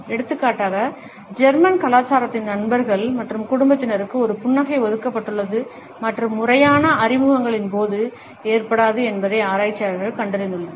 எடுத்துக்காட்டாக ஜெர்மன் கலாச்சாரத்தில் நண்பர்கள் மற்றும் குடும்பத்தினருக்கு ஒரு புன்னகை ஒதுக்கப்பட்டுள்ளது மற்றும் முறையான அறிமுகங்களின் போது ஏற்படாது என்பதை ஆராய்ச்சியாளர்கள் கண்டறிந்துள்ளனர்